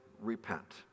repent